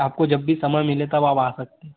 आपको जब भी समय मिले तब आप आ सकते